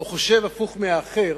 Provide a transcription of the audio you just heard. או חושב הפוך מהאחר,